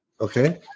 Okay